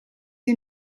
you